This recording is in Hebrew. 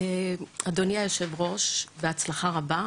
אדוני היושב-ראש בהצלחה רבה.